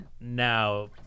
now